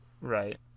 Right